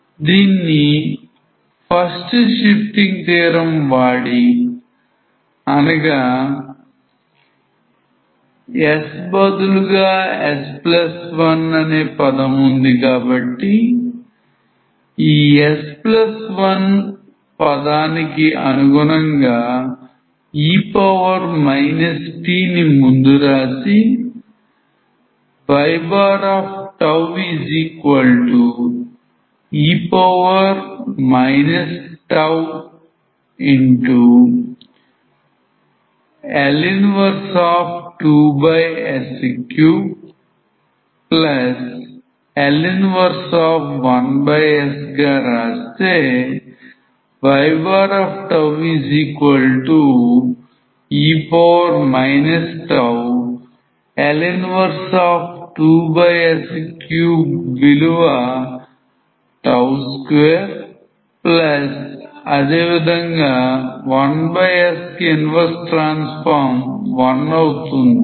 దీన్ని first shifting theorem వాడి ye τL 12s3L 11s గా రాస్తే ye τ21 అవుతుంది